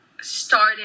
started